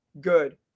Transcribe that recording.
good